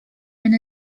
and